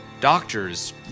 Doctors